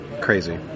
Crazy